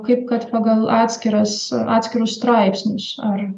kaip kad pagal atskiras atskirus straipsnius ar